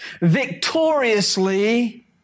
victoriously